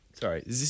sorry